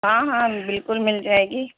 ہاں ہاں بالکل مل جائے گی